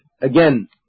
again